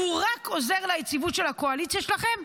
הוא רק עוזר ליציבות של הקואליציה שלכם,